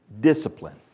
discipline